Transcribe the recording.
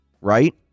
right